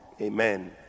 Amen